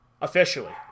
Officially